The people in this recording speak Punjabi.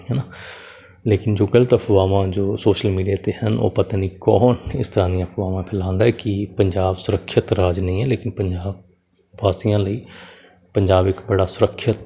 ਹੈ ਨਾ ਲੇਕਿਨ ਜੋ ਗਲਤ ਅਫਵਾਹਾਂ ਜੋ ਸ਼ੋਸ਼ਲ ਮੀਡੀਆ 'ਤੇ ਹਨ ਉਹ ਪਤਾ ਨਹੀਂ ਕੌਣ ਇਸ ਤਰ੍ਹਾਂ ਦੀਆਂ ਅਫ਼ਵਾਹਾਂ ਫੈਲਾਉਂਦਾ ਕਿ ਪੰਜਾਬ ਸੁਰੱਖਿਅਤ ਰਾਜ ਨਹੀਂ ਹੈ ਲੇਕਿਨ ਪੰਜਾਬ ਵਾਸੀਆਂ ਲਈ ਪੰਜਾਬ ਇੱਕ ਬੜਾ ਸੁਰੱਖਿਅਤ